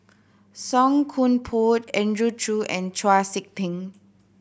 Song Koon Poh Andrew Chew and Chau Sik Ting